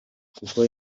kuko